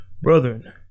Brethren